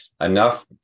enough